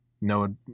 No